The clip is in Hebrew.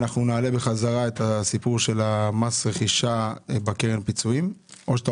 אנחנו נעלה בחזרה את הסיפור של מס רכישה בקרן פיצויים או שאתה